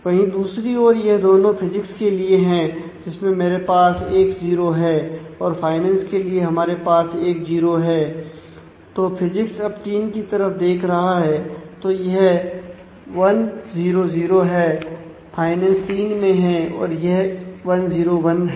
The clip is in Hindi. वहीं दूसरी ओर यह दोनों फिजिक्स के लिए हैं जिसमें मेरे पास 10 हैं और फाइनेंस के लिए हमारे पास 10 है तो फिजिक्स अब तीन की तरफ देख रहा है तो यह 100 है फाइनेंस 3 में है और यह 101 है